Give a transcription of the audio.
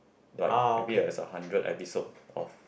like maybe as a hundred episode of